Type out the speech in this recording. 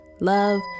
love